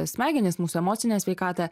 smegenis mūsų emocinę sveikatą